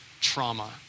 trauma